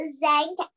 thank